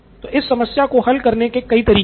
तो इस समस्या को हल करने के कई तरीके हैं